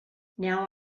now